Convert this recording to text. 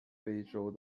非洲